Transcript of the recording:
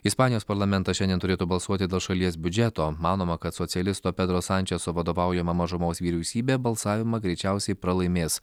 ispanijos parlamentas šiandien turėtų balsuoti dėl šalies biudžeto manoma kad socialisto pedro sančeso vadovaujama mažumos vyriausybė balsavimą greičiausiai pralaimės